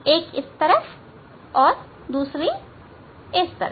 एक इस तरफ दूसरी इस तरफ